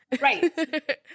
Right